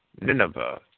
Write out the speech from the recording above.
Nineveh